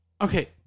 Okay